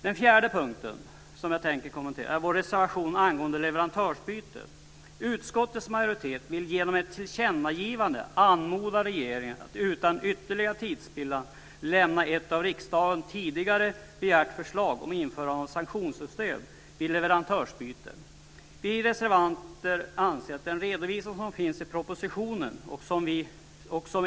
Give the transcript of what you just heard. Den fjärde punkten som jag tänker kommentera är vår reservation angående leverantörsbyte. Utskottets majoritet vill genom ett tillkännagivande anmoda regeringen att utan ytterligare tidsspillan lämna ett av riksdagen tidigare begärt förslag om införande av sanktionssystem vid leverantörsbyte. Vi reservanter anser att den redovisning som finns i propositionen är tillräcklig.